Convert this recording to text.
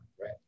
right